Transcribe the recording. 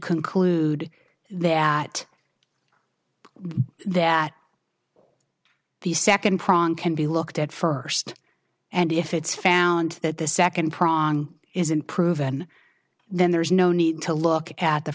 conclude that that the second prong can be looked at first and if it's found that the second prong is unproven then there's no need to look at the